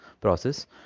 process